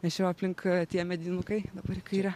nes čia jau aplink tie medinukai dabar į kairę